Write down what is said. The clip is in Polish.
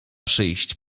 przyjść